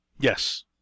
Yes